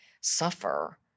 suffer